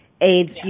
AIDS